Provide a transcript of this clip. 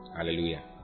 Hallelujah